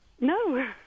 No